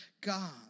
God